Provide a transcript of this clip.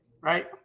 right